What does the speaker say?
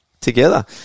together